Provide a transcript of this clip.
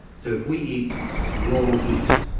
so if we eat raw wheat,